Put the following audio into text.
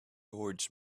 towards